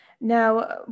Now